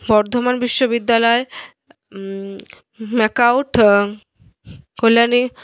বর্ধমান বিশ্ববিদ্যালয় ম্যাকাউট কল্যাণী